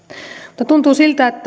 mutta tuntuu siltä että